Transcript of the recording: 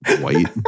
white